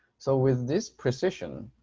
so with this precision,